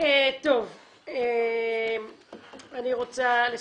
אני רוצה לסכם.